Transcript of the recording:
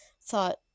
thought